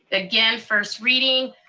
again, first reading.